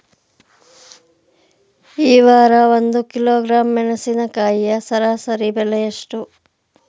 ಈ ವಾರ ಒಂದು ಕಿಲೋಗ್ರಾಂ ಮೆಣಸಿನಕಾಯಿಯ ಸರಾಸರಿ ಬೆಲೆ ಎಷ್ಟು?